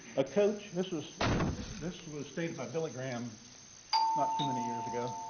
a coach, this is this was stated by billy graham not too many years ago.